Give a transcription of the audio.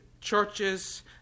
churches